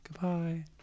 Goodbye